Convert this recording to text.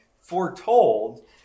foretold